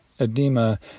edema